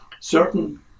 certain